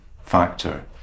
factor